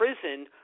prison